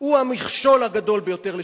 הוא המכשול הגדול ביותר לשלום.